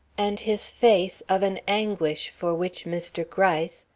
and his face of an anguish for which mr. gryce,